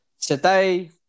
Today